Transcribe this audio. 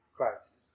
Christ